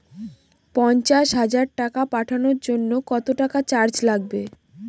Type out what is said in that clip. পণ্চাশ হাজার টাকা পাঠানোর জন্য কত টাকা চার্জ লাগবে?